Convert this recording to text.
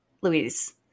Louise